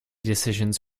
decisions